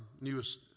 newest